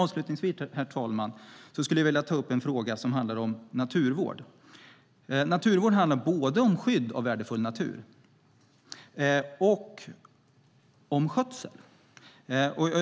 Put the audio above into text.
Avslutningsvis vill jag ta upp en fråga som handlar om naturvård. Naturvård handlar både om skydd av värdefull natur och om skötsel.